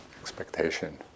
expectation